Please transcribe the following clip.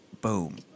boom